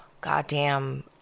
goddamn